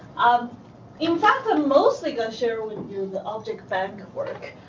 um in fact, i'm mostly going to share with you the objectbank work.